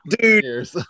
dude